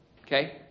Okay